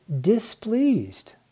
displeased